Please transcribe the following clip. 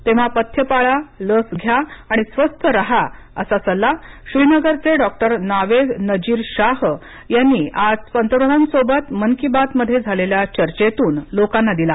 तेव्हा पथ्य पाळा लस घ्या आणि स्वस्थ रहा असा सल्ला श्रीनगरचे डॉ नावेद नजीर शाह यांनी आज पंतप्रधानांसोबत मन की बात मध्ये झालेल्या चर्चेतून लोकांना दिला